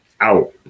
out